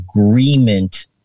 agreement